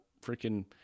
freaking